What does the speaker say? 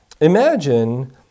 Imagine